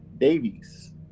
Davies